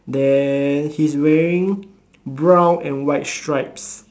there he's wearing brown and white stripes